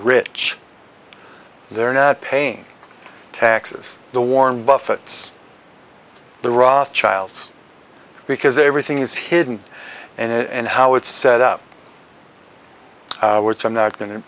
rich they're not paying taxes the warren buffets the raw chiles because everything is hidden and how it's set up which i'm not go